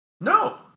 No